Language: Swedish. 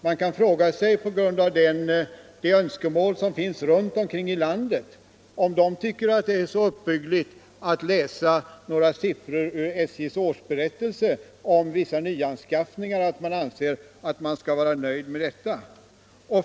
Man kan fråga sig på grund av de önskemål som finns runt om i landet, om människor tycker att det är så uppbyggligt att läsa några siffror ur SJ:s årsberättelse om vissa nyanskaffningar att de kan anse sig vara nöjda med detta.